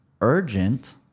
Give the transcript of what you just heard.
Urgent